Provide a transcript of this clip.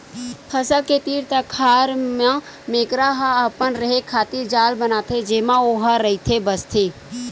फसल के तीर तिखार म मेकरा ह अपन रेहे खातिर जाल बनाथे जेमा ओहा रहिथे बसथे